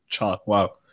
wow